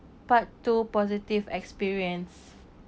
part two positive experience